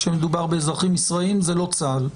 כשמדובר באזרחים ישראלים זה לא צה"ל,